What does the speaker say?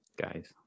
Guys